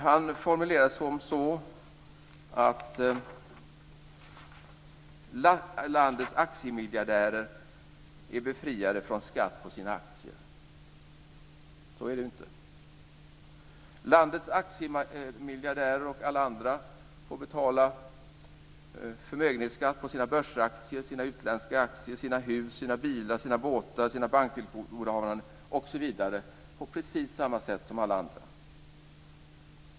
Han formulerade sig som så, att landets aktiemiljardärer är befriade från skatt på sina aktier. Så är det inte. Landets aktiemiljardärer får betala förmögenhetsskatt på sina börsaktier, sina utländska aktier, sina hus, sina bilar, sina båtar, sina banktillgodohavanden osv. på precis samma sätt som alla andra.